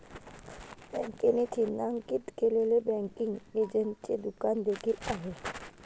बँकेने चिन्हांकित केलेले बँकिंग एजंटचे दुकान देखील आहे